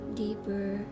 deeper